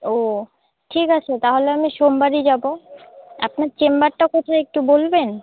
ও ঠিক আছে তাহলে আমি সোমবারই যাব আপনার চেম্বারটা কোথায় একটু বলবেন